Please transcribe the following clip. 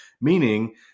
meaning